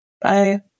Bye